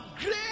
great